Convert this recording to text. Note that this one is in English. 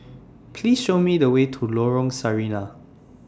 Please Show Me The Way to Lorong Sarina